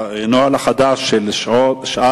מתחילים בנוהל החדש של שעת